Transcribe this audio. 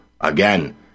again